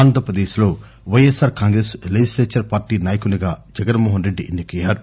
ఆంధ్ర ప్రదేశ్ లో YSR Congress legislature party నాయకునిగా జగన్మోహస్ రెడ్డి ఎన్ని కయ్యారు